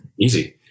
easy